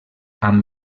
amb